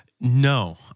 No